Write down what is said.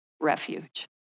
refuge